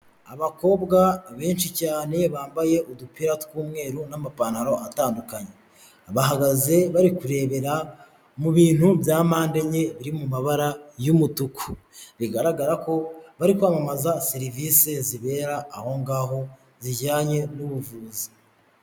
Abakobwa benshi cyane bambaye udupira tw'umweru n'amapantaro atandukanye bahagaze bari kurebera mu bintu bya mpande enye biri mu mabara y'umutuku bigaragara ko bari kwamamaza serivisi zibera ahongaho zijyanye n'ubuvuzi.